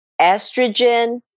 Estrogen